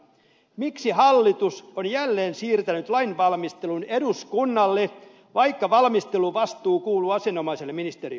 miksi hallitus on jälleen siirtänyt lainvalmistelun eduskunnalle vaikka valmisteluvastuu kuuluu asianomaiselle ministeriölle